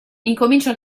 incomincia